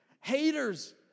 Haters